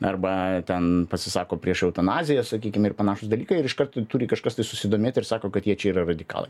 arba ten pasisako prieš eutanaziją sakykim ir panašūs dalykai ir iškart turi kažkas susidomėt ir sako kad jie čia yra radikalai